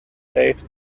safe